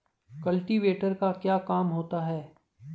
Cultivator का क्या काम होता है?